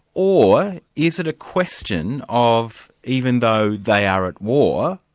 or is it a question of even though they are at war,